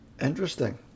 interesting